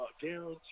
guarantee